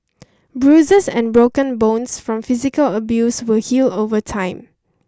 bruises and broken bones from physical abuse will heal over time